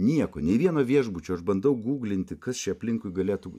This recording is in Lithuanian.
nieko nei vieno viešbučio aš bandau gūglinti kas čia aplinkui galėtų